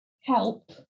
help